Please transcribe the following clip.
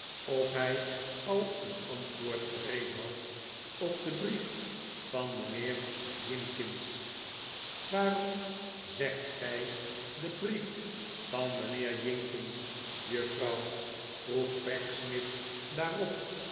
of hij al een antwoord gereed had op den brief van mijnheer jinkins waarom zegt gij den brief van mijnheer jinkins juffrouw vroeg pecksniff daarop